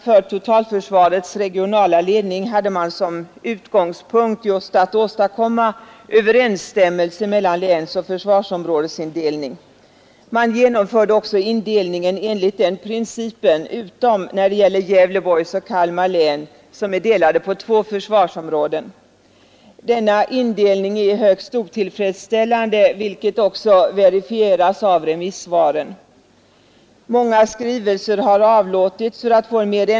När man fas nala ledning hade man som utgångspunkt just att å stämmelse mellan länsoch försvarsområdesindelningen. Man genomförde också indelningen enligt den principen, utom när det gäller Gävleborgs län och Kalmar län, som är delade på två försvarsområden. Denna ällande, vilket också verifieras av remiss indelning är högst otillfreds ren.